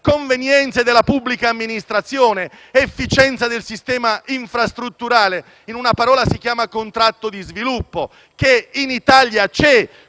convenienze della pubblica amministrazione, implementando l'efficienza del sistema infrastrutturale; in una parola, si chiama contratto di sviluppo, che in Italia c'è,